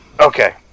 Okay